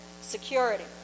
security